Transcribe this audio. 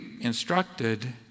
instructed